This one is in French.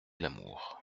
l’amour